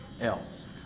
else